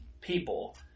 people